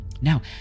Now